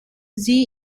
sie